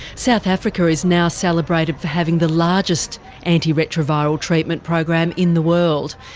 south africa is now celebrated for having the largest antiretroviral treatment program in the world.